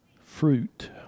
fruit